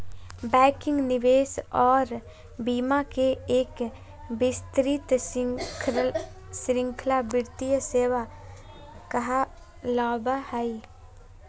banking, निवेश आर बीमा के एक विस्तृत श्रृंखला वित्तीय सेवा कहलावय हय